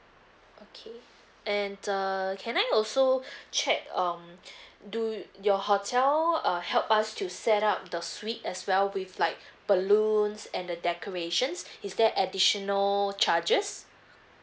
okay and err can I also check um do your hotel uh help us to set up the suite as well with like balloons and the decorations is there additional charges